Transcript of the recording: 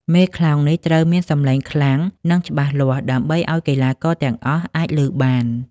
មេខ្លោងនេះត្រូវមានសម្លេងខ្លាំង និងច្បាស់លាស់ដើម្បីឲ្យកីឡាករទាំងអស់អាចឮបាន។